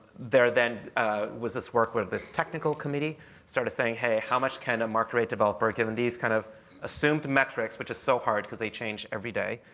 there then was this work with this technical committee sort of saying, hey, how much can a market rate developer, given these kind of assumed metrics, which is so hard because they change everyday,